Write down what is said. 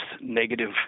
negative